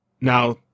Now